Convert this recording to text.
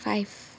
five